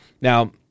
Now